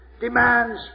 demands